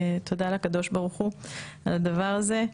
תודה לקדוש ברוך הוא על הדבר הזה.